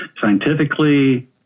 Scientifically